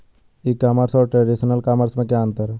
ई commerce और traditional commerce में क्या अंतर है?